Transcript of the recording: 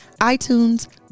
iTunes